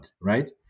right